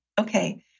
Okay